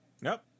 Nope